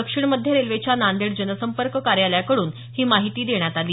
दक्षिण मध्य रेल्वेच्या नांदेड जनसंपर्क कार्यालयाकडून ही माहिती देण्यात आली